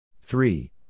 Three